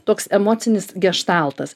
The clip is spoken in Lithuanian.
toks emocinis geštaltas